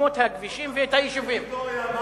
היו תולים אותך.